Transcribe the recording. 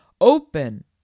Open